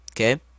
Okay